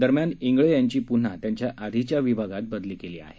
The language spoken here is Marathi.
दरम्यान इंगळे यांची पुन्हा त्यांच्या आधीच्या विभागात बदली केली आहे